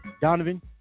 Donovan